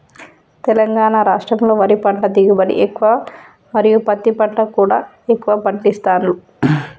తెలంగాణ రాష్టంలో వరి పంట దిగుబడి ఎక్కువ మరియు పత్తి పంట కూడా ఎక్కువ పండిస్తాండ్లు